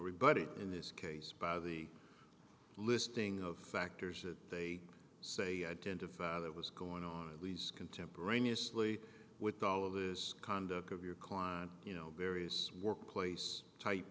everybody in this case by the listing of factors that they say identify that was going on at least contemporaneously with all of this conduct of your client you know various workplace